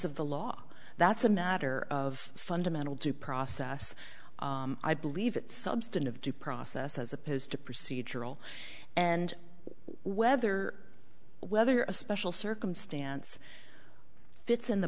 of the law that's a matter of fundamental due process i believe substantive due process as opposed to procedural and whether whether a special circumstance fits in the